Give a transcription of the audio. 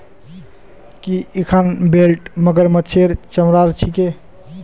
की इखन बेल्ट मगरमच्छेर चमरार छिके